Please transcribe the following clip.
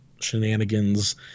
shenanigans